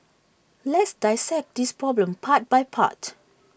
let's dissect this problem part by part